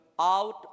out